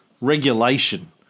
regulation